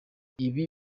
ibi